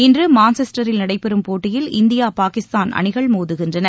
இன்று மான்செஸ்டரில் நடைபெறும் போட்டியில் இந்தியா பாகிஸ்தான் அணிகள் மோதுகின்றன